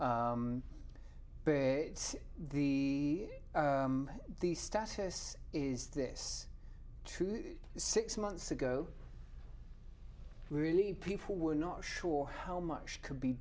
a the the status is this true six months ago really people were not sure how much could be